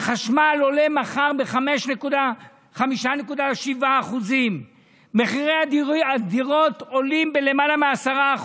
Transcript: החשמל עולה מחר ב-5.7%; מחירי הדירות עולים בלמעלה מ-10%.